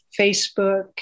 Facebook